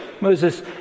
Moses